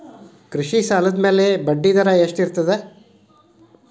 ಕೃಷಿ ಸಾಲದ ಮ್ಯಾಲೆ ಬಡ್ಡಿದರಾ ಎಷ್ಟ ಇರ್ತದ?